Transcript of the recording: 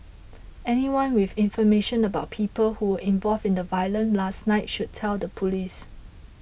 anyone with information about people who were involved in the violence last night should tell the police